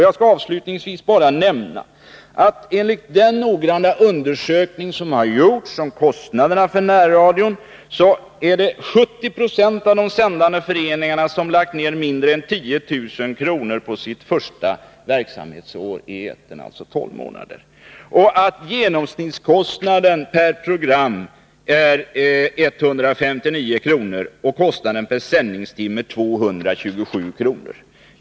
Avslutningsvis vill jag bara nämna att enligt den noggranna undersökning som har gjorts om kostnaderna för närradion 70 26 av de sändande föreningarna har lagt ned mindre än 10 000 kr. på sitt första verksamhetsår i etern, alltså tolv månader. Genomsnittskostnaden för ett program är 159 kr. och per sändningstimme 227 kr.